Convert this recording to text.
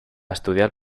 estudiar